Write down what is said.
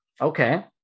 okay